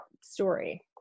story